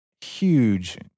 huge